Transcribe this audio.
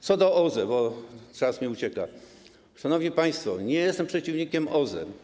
Co do OZE, bo czas mi ucieka, szanowni państwo, nie jestem przeciwnikiem OZE.